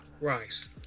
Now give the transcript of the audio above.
right